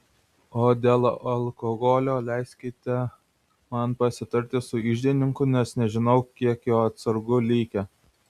o dėl alkoholio leiskite man pasitarti su iždininku nes nežinau kiek jo atsargų likę